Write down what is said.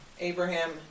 Abraham